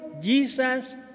Jesus